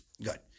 Good